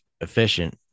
efficient